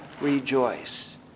Rejoice